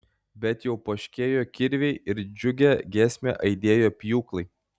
bet jau poškėjo kirviai ir džiugia giesme aidėjo pjūklai